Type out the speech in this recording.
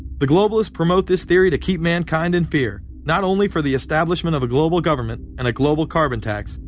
the globalists promote this theory to keep mankind in fear, not only for the establishment of a global government. and a global carbon tax,